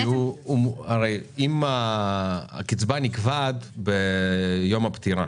אם הקצבה נקבעת ביום הפטירה